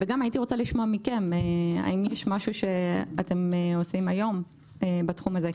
גם הייתי רוצה לשמוע מכם האם יש משהו שאתם עושים היום בתחום הזה?